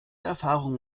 erfahrung